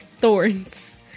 Thorns